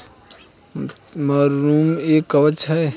mushroom एक कवक है